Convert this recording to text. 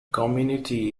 community